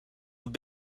have